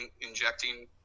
injecting